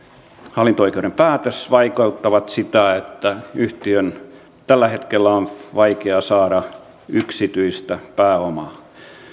hallinto oikeuden päätös vaikeuttavat sitä että yhtiön tällä hetkellä on vaikea saada yksityistä pääomaa